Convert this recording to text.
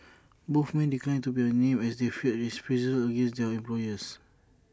both men declined to be A named as they feared reprisals against their employers